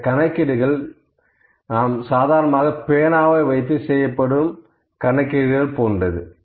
இந்த கணக்கீடுகள் பேனாவை வைத்து செய்யப்படும் சாதாரண கணக்கீடுகள் போன்றது